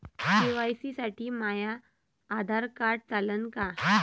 KYC साठी माह्य Aadhaar card चालन का?